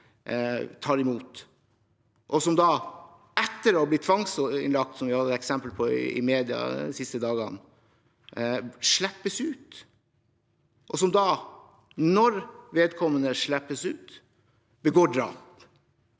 tar imot, og som, etter å ha blitt tvangsinnlagt, som vi har eksempel på i media de siste dagene, slippes ut, og som da, når vedkommende slippes ut, begår drap.